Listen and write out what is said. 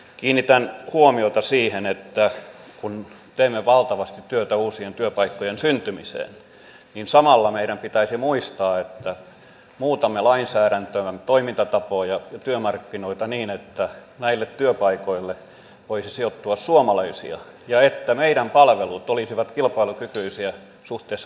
kiinnitän huomiota siihen että kun teemme valtavasti työtä uusien työpaikkojen syntymiseksi samalla meidän pitäisi muistaa että muutamme lainsäädäntöä toimintatapoja ja työmarkkinoita niin että näille työpaikoille voisi sijoittua suomalaisia ja että meidän palvelut olisivat kilpailukykyisiä suhteessa naapureiden palveluihin